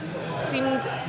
seemed